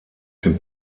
dem